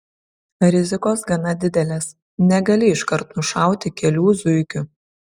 rizikos gana didelės negali iškart nušauti kelių zuikių